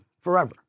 forever